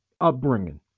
upbringing